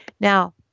Now